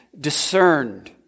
discerned